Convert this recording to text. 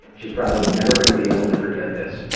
she's probably never going to be able to forget this.